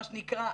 מה שנקרא,